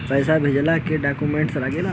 पैसा भेजला के का डॉक्यूमेंट लागेला?